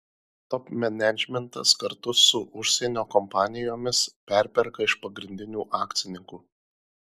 top menedžmentas kartu su užsienio kompanijomis perperka iš pagrindinių akcininkų